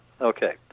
Okay